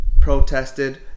protested